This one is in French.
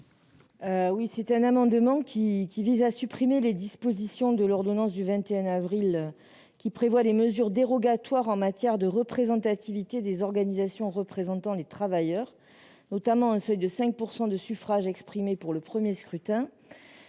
Lubin. Cet amendement vise à supprimer les dispositions de l'ordonnance du 21 avril 2021 prévoyant des mesures dérogatoires en matière de représentativité des organisations de travailleurs, notamment un seuil de 5 % de suffrages exprimés pour le premier scrutin,